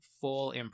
full